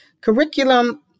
curriculum